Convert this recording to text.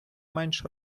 менш